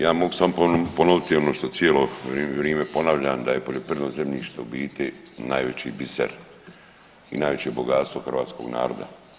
Ja mogu samo ponoviti ono što cijelo vrijeme ponavljam da je poljoprivredno zemljište u biti najveći biser i najveće bogatstvo hrvatskog naroda.